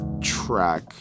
track